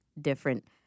different